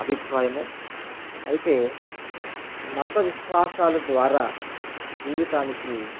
అభిప్రాయము అయితే మత విశ్వాసాల ద్వారా జీవితానికి